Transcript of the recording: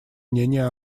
мнение